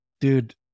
dude